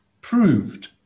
proved